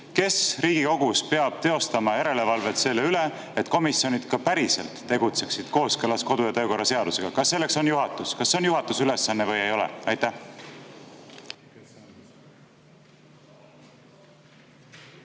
kes Riigikogus peab teostama järelevalvet selle üle, et komisjonid ka päriselt tegutseksid kooskõlas kodu- ja töökorra seadusega? Kas selleks on juhatus? Kas see on juhatuse ülesanne või ei ole? Suur